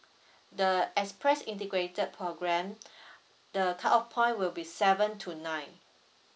the express integrated programme the cutoff point will be seven to nine